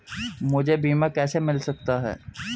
मुझे बीमा कैसे मिल सकता है?